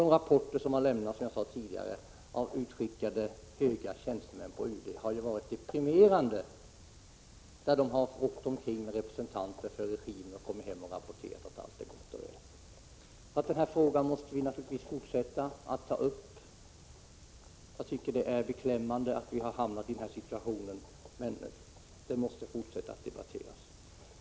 De rapporter som har lämnats av utskickade höga tjänstemän på UD har varit deprimerande, som jag sade tidigare. Man har åkt omkring med representanter för regimen och kommit hem och rapporterat att allt är gott och väl. Den här frågan måste vi naturligtvis fortsätta att ta upp. Det är beklämmande att vi har hamnat i den situationen, men den måste debatteras vidare.